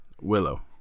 Willow